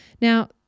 Now